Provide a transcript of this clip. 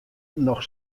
noch